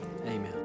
Amen